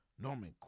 Norman